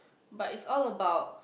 but it's all about